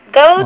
go